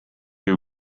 you